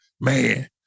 man